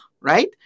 right